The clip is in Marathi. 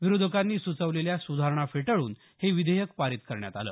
विरोधकांनी सुचवलेल्या सुधारणा फेटाळून हे विधेयक पारित करण्यात आलं